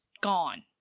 gone